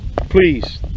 Please